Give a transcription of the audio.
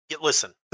Listen